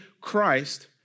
Christ